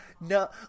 no